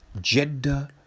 gender